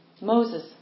Moses